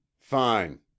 fine